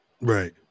Right